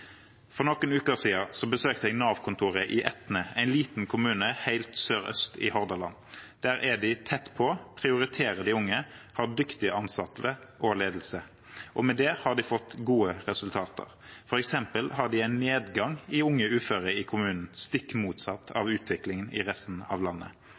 For noen uker siden besøkte jeg Nav-kontoret i Etne, en liten kommune helt sørøst i Hordaland. Der er de tett på, de prioriterer de unge og har dyktige ansatte og dyktig ledelse – og med det har de fått gode resultater. For eksempel har de en nedgang i antall unge uføre i kommunen, stikk motsatt av utviklingen i resten av landet.